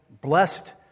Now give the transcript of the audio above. blessed